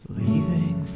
leaving